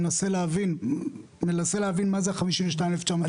אני מנסה להבין מה זה 52 אלף ו-996 עובדים שהם מחוץ להסדר.